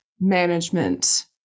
management